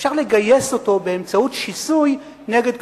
אפשר לטעון על כל טענה שטוענים נגד חלשים,